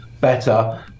better